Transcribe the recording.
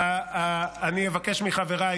אבקש מחבריי